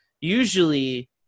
usually